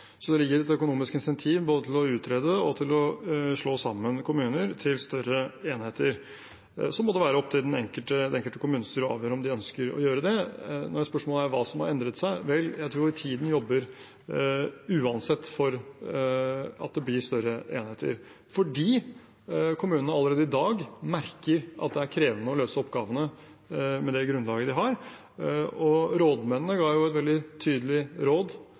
et økonomisk insentiv både til å utrede og til å slå sammen kommuner til større enheter. Så må det være opp til det enkelte kommunestyre å avgjøre om de ønsker å gjøre det. Når det gjelder spørsmålet om hva som har endret seg, tror jeg tiden uansett jobber for at det blir større enheter fordi kommunene allerede i dag merker at det er krevende å løse oppgavene med det grunnlaget de har. Rådmennene ga et veldig tydelig råd